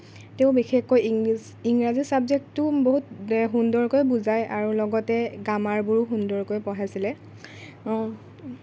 তেওঁ বিশেষকৈ ইংলিছ ইংৰাজী চাব্জেক্টটো বহুত এ সুন্দৰকৈ বুজায় আৰু লগতে গ্ৰামাৰবোৰো বহুত সুন্দৰকৈ পঢ়াইছিলে